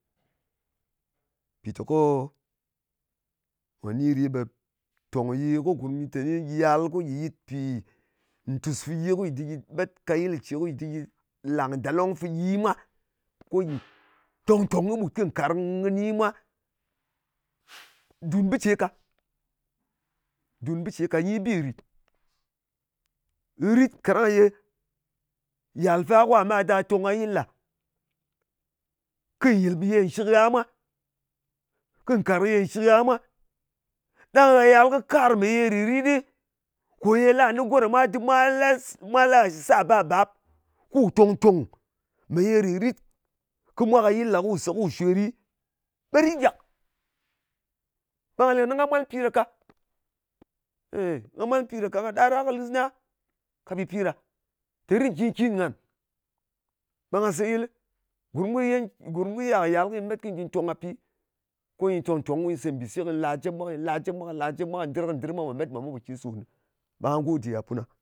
Mpìteko mwa ni ɗi, ɓe tòng ye ko gurm nyi yal ko gyɨ yit mpì ntùs fɨgyi go gyɨ met ka yɨl ce, ko gyɨ dɨm gyɨ làng dalong fɨgyi mwa, ko gyɨ tong kɨɓut kɨ nkarng kɨni mwa, dun bɨ ce ka. Dùn bi ce ka. Nyi bi rìt. Rit kaɗang ye yàl fa ka ma da tong ka yɨl ɗa, kɨ nyɨlp ye nshɨk gha mwa, kɨ nkarng ye nshɨk gha mwa, ɗang gha yal kɨ kar mè yè rìrit ɗɨ, kò ye la ni go ɗa mwa dɨm mwa la, mwa la ghà shɨ sar babap, kù tong tong mè yē rìrit kɨ mwa ka yɨl ɗa, kù sè kù shwe ɗi, ɓe rit gàk. Ɓe nga leng ni nga mwalm pi ɗa ka. Èy, nga mwalm pi ɗa ka. Nga ɗar kɨ lis na ka pɨpi ɗa, tè rit nkìn kin ngan. Ɓe nga seyɨlɨ. Gurm kɨ yanc, gurm kɨ iya kɨ yal kɨy met kɨy ndì tong ka pi. Ko nyɨ tòng-tong, ko nyɨ sè mbìse, ko nyɨ la jep mwa, ko nyɨ la jep mwa, ko nyɨ la jep mwa. Kɨ ndɨr, kɨ ndɨr mwa, mwa met mwa me pokin. Ɓe nga go de gha puna.